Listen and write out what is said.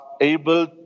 able